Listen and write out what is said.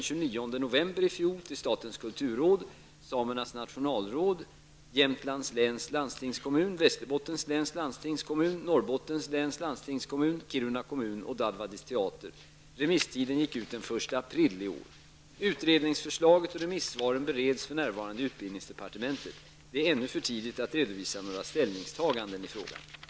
Utredningsförslaget och remissvaren bereds för närvarande i utbildningsdepartementet. Det är ännu för tidigt att redovisa några ställningstaganden i denna fråga.